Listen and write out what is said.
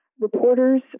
Reporters